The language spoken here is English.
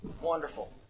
wonderful